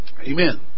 Amen